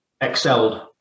excelled